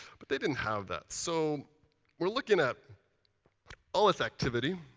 but they didn't have that. so we're looking at all this activity.